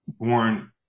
born